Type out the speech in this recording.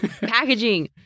packaging